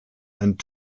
and